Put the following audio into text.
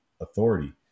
authority